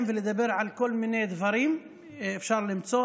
ולדבר על כל מיני דברים שאפשר למצוא,